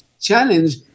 challenge